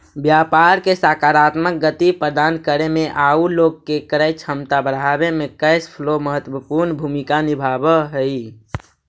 व्यापार के सकारात्मक गति प्रदान करे में आउ लोग के क्रय क्षमता बढ़ावे में कैश फ्लो महत्वपूर्ण भूमिका निभावऽ हई